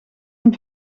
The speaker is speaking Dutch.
een